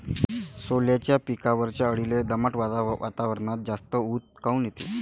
सोल्याच्या पिकावरच्या अळीले दमट वातावरनात जास्त ऊत काऊन येते?